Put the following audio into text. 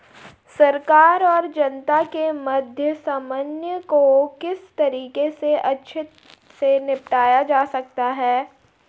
सरकार और जनता के मध्य समन्वय को किस तरीके से अच्छे से निपटाया जा सकता है?